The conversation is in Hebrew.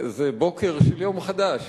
זה בוקר של יום חדש.